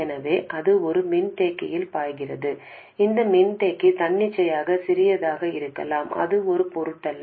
எனவே அது ஒரு மின்தேக்கியில் பாய்கிறது இந்த மின்தேக்கி தன்னிச்சையாக சிறியதாக இருக்கலாம் அது ஒரு பொருட்டல்ல